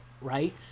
right